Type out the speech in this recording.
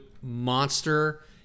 monster